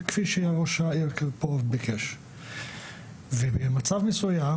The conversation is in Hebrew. והחינוך הערבי במזרח ירושלים - 9% שזה מחצית